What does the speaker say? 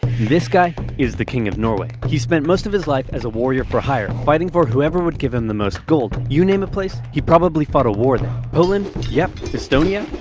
this guy is the king of norway. he's spent most of his life as a warrior-for-hire, fighting for whoever would give him the most gold. you name a place, he probably fought a war there. poland? yep. estonia?